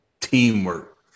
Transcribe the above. Teamwork